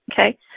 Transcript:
okay